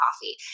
coffee